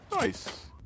Nice